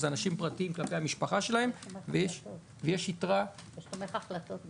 זה אנשים פרטיים כלפי המשפחה שלהם ויש יתרה --- יש תומך החלטות גם.